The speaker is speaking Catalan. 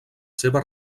seva